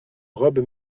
robe